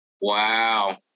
wow